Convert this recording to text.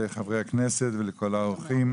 אני מתכבד לפתוח את ישיבת ועדת העבודה והרווחה.